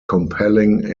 compelling